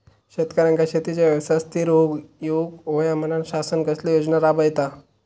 शेतकऱ्यांका शेतीच्या व्यवसायात स्थिर होवुक येऊक होया म्हणान शासन कसले योजना राबयता?